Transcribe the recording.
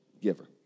giver